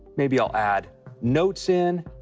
maybe i'll add notes in.